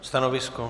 Stanovisko?